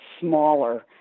smaller